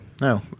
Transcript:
no